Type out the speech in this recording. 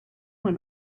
when